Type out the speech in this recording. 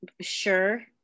sure